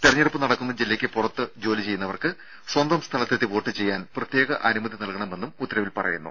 തെരഞ്ഞെടുപ്പ് നടക്കുന്ന ജില്ലയ്ക്ക് പുറത്ത് ജോലി ചെയ്യുന്നവർക്ക് സ്വന്തം സ്ഥലത്തെത്തി വോട്ട് ചെയ്യാൻ പ്രത്യേക അനുമതി നൽകണമെന്നും ഉത്തരവിൽ പറയുന്നു